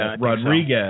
Rodriguez